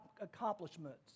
accomplishments